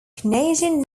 canadian